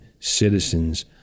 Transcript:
citizens